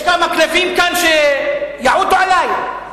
יש כמה כלבים שיעוטו עלי?